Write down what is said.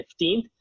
15th